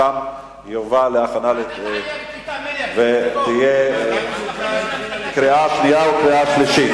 לשם זה יובא להכנתה לקריאה שנייה ושלישית.